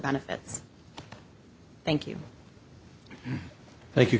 benefits thank you thank you